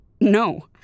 No